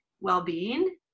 well-being